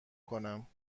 کنم